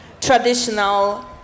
traditional